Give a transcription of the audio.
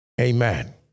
Amen